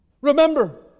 Remember